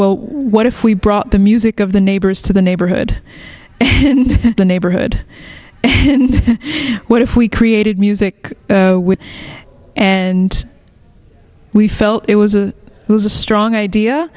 well what if we brought the music of the neighbors to the neighborhood the neighborhood what if we created music with and we felt it was a was a strong idea